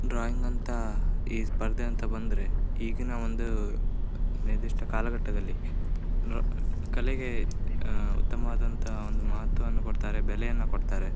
drawing ಅಂತ ಈ ಸ್ಪರ್ಧೆ ಅಂತ ಬಂದರೆ ಈಗಿನ ಒಂಸು ನಿರ್ದಿಷ್ಟ ಕಾಲ ಗಟ್ಟದಲ್ಲಿ ನ ಕಲೆಗೆ ಉತ್ತಮವಾದಂಥ ಒಂದು ಮಹತ್ವವನ್ನು ಕೊಡ್ತಾರೆ ಬೆಲೆಯನ್ನು ಕೊಡ್ತಾರೆ